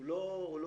הוא לא שטחי,